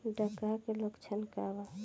डकहा के लक्षण का वा?